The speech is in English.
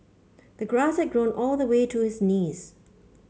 the grass had grown all the way to his knees